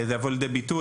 זה יבוא לידי ביטוי.